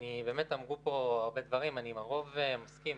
אמרו כאן הרבה דברים ועם הרוב אני מסכים.